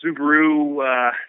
Subaru